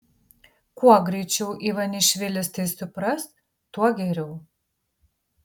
kuo greičiau ivanišvilis tai supras tuo geriau